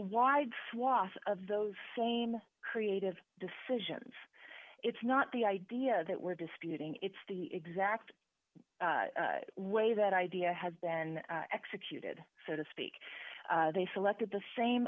wide swath of those same creative decisions it's not the idea that we're disputing it's the exact way that idea has been executed so to speak they selected the same